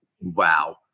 Wow